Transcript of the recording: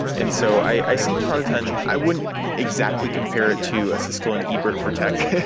and so i see product hunt i wouldn't exactly compare it to a siskel and ebert for tech,